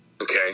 okay